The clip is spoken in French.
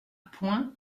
point